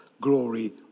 glory